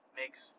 makes